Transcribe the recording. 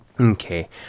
Okay